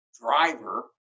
driver